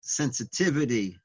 sensitivity